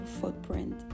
footprint